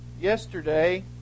Yesterday